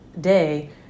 day